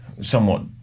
somewhat